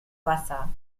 wasser